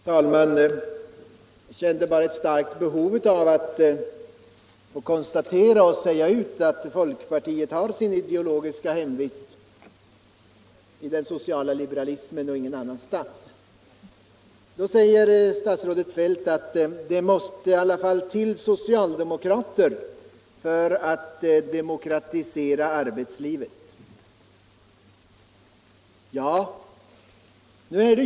Herr talman! Jag kände ett starkt behov av att få säga ut att folkpartiet har sitt ideologiska hemvist i den sociala liberalismen och ingen annanstans. Då säger statsrådet Feldt: Det måste i alla fall till socialdemokrater för att demokratisera arbetslivet!